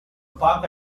park